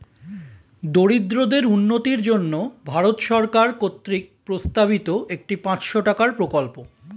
দরিদ্রদের উন্নতির জন্য ভারত সরকার কর্তৃক প্রস্তাবিত একটি পাঁচশো টাকার প্রকল্প